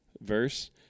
verse